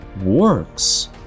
works